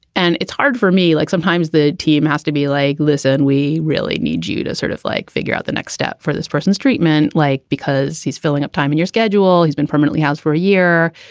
and it's hard for me. like sometimes the team has to be like, listen, we really need you to sort of like figure out the next step for this person's treatment. like because he's filling up time in your schedule. he's been permanently house for a year.